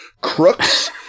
crooks